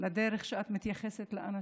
בדרך שאת מתייחסת לאנשים,